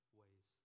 ways